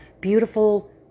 beautiful